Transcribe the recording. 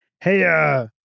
Hey